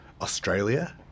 Australia